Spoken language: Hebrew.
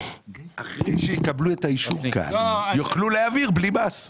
אחרי שיקבלו את האישור כאן, יוכלו להעביר בלי מס.